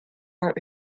out